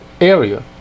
area